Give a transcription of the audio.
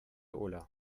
ulla